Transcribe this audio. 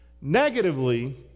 Negatively